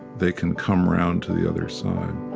they can come around to the other side